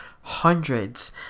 hundreds